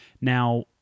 Now